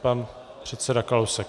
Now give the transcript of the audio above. Pan předseda Kalousek.